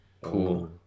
Cool